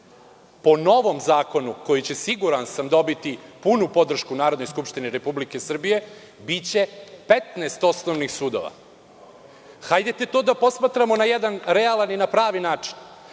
Po novom zakonu koji će, siguran sam, dobiti punu podršku Narodne skupštine Republike Srbije, biće 15 osnovnih sudova. Hajde to da posmatramo na jedan realan i na pravi način,